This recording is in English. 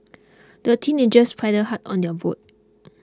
the teenagers paddled hard on your boat